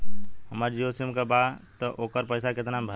हमार सिम जीओ का बा त ओकर पैसा कितना मे भराई?